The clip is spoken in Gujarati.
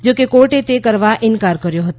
જોકે કોર્ટે તે કરવા ઇનકાર કર્યો હતો